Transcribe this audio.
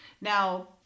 Now